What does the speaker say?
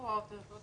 עד